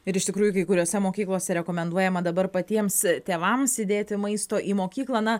ir iš tikrųjų kai kuriose mokyklose rekomenduojama dabar patiems tėvams įdėti maisto į mokyklą na